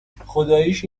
خداییش